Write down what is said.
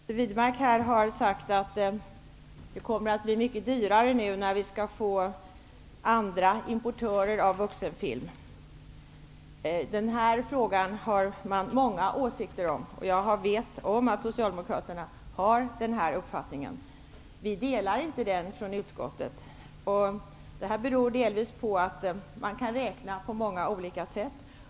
Herr talman! Fru Widnemark menar att det kommer att bli mycket dyrare nu när vi skall få andra importörer av vuxenfilm. Det finns många åsikter om denna fråga, och jag vet att Socialdemokraterna har denna uppfattning. Vi i utskottsmajoriteten delar den inte, och det beror delvis på att man kan räkna på många olika sätt.